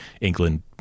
England